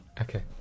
Okay